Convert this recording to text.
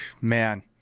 Man